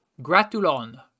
Gratulon